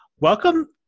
Welcome